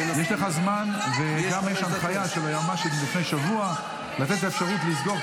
יש לך זמן וגם יש הנחיה של היועמ"שית לפני שבוע לתת את האפשרות לסגור,